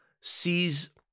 sees